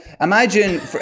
imagine